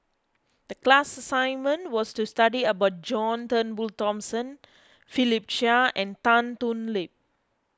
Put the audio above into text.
the class assignment was to study about John Turnbull Thomson Philip Chia and Tan Thoon Lip